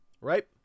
Right